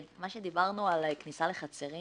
מה שדיברנו על כניסה לחצרים